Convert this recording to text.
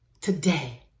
today